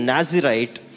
Nazirite